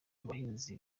abahanzi